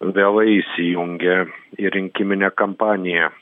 vėlai įsijungė į rinkiminę kampaniją